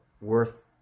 worth